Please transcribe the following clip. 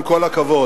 עם כל הכבוד.